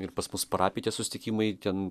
ir pas mus parapijoj tie susitikimai ten